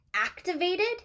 activated